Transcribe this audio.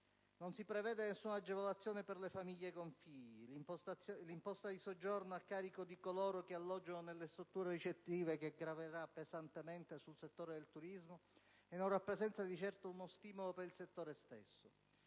mancata previsione di agevolazioni per le famiglie con figli; l'imposta di soggiorno a carico di coloro che alloggiano nelle strutture ricettive, che graverà pesantemente sul settore del turismo e non rappresenta di certo uno stimolo per il settore stesso;